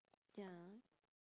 ya